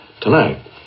tonight